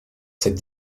cette